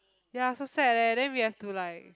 ya so sad eh then we have to like